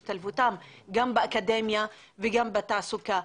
לנשים בהשתלבותן גם באקדמיה וגם בתעסוקה.